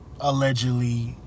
Allegedly